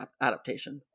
adaptation